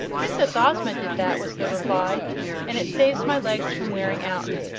princess ozma did that, was the reply and it saves my legs from wearing out.